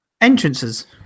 Entrances